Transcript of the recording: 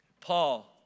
Paul